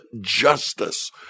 justice